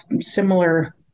similar